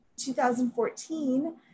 2014